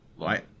Right